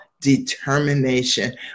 determination